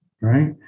right